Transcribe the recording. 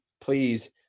please